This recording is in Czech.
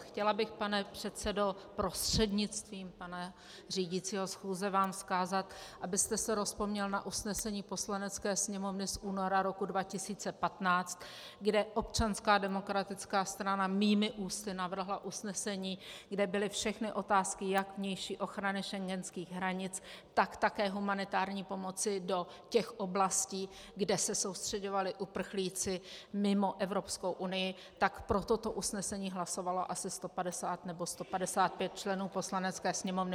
Chtěla bych, pane předsedo, prostřednictvím pana řídícího schůze vám vzkázat, abyste se rozpomněl na usnesení Poslanecké sněmovny z února roku 2015, kde Občanská demokratická strana mými ústy navrhla usnesení, kde byly všechny otázky jak vnější ochrany schengenských hranic, tak také humanitární pomoci do těch oblastí, kde se soustřeďovali uprchlíci mimo Evropskou unii, tak pro toto usnesení hlasovalo asi 150 nebo 155 členů Poslanecké sněmovny.